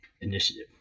Initiative